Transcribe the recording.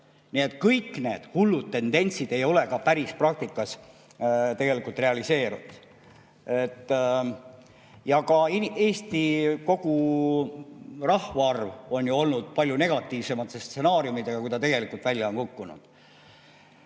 kõik hullud tendentsid ei ole päris praktikas tegelikult realiseerunud. Ka Eesti rahvaarv on ju olnud palju negatiivsemate stsenaariumidega, kui ta tegelikult välja on kukkunud. Kas